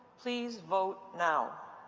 please vote now.